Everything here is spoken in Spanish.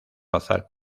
bazar